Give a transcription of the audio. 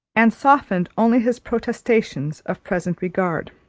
and softened only his protestations of present regard.